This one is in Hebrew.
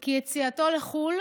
כי יציאתו לחו"ל